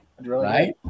Right